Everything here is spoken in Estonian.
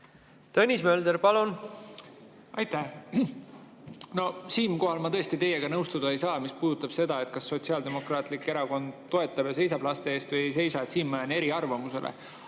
Tõnis Mölder, palun! Aitäh! No siinkohal ma tõesti teiega nõustuda ei saa, mis puudutab seda, kas Sotsiaaldemokraatlik Erakond toetab ja seisab laste eest või ei seisa. Siin ma jään eriarvamusele.